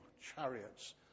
chariots